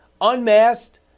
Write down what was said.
unmasked